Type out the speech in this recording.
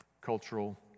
cultural